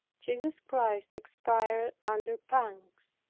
jesus christ expired under pangs.